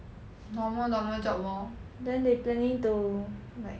normal normal job lor